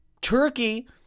turkey